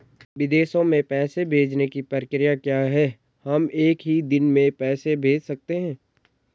विदेशों में पैसे भेजने की प्रक्रिया क्या है हम एक ही दिन में पैसे भेज सकते हैं?